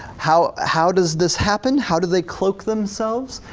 how how does this happen? how do they cloak themselves?